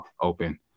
open